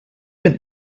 bin